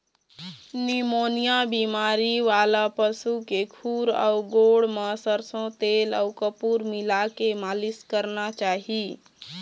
pneumonia बेमारी वाला पशु के खूर अउ गोड़ म सरसो तेल अउ कपूर मिलाके मालिस करना चाही